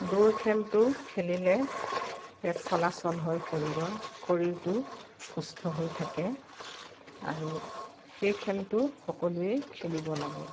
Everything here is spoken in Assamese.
দৌৰ খেলটো খেলিলে তেজ চলাচল হয় শৰীৰৰ শৰীৰটো সুস্থ হৈ থাকে আৰু সেই খেলটো সকলোৱেই খেলিব লাগে